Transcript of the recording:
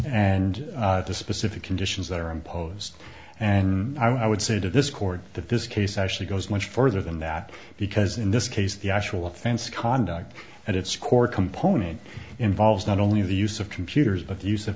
and the specific conditions that are imposed and i would say to this court that this case actually goes much further than that because in this case the actual offense conduct at its core component involves not only the use of computers but the use